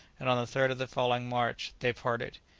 and on the third of the following march they parted.